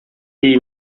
die